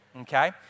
okay